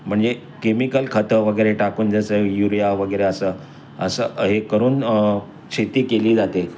म्हणजे केमिकल खतं वगैरे टाकून जसं युरिया वगरे असं असं हे करून शेती केली जाते